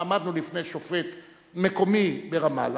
ועמדנו בפני שופט מקומי ברמאללה,